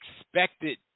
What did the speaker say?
expected –